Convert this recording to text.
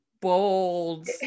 bold